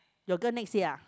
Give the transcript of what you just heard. your girl next year